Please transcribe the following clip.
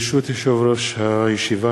ברשות יושב-ראש הישיבה,